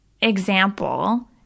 example